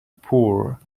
poor